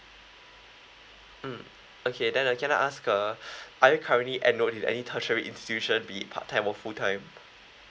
mm okay then uh can I ask uh are you currently enrolled in any tertiary institution be it part time or full time